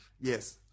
Yes